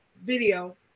video